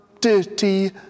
dirty